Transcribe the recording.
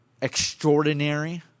extraordinary